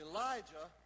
Elijah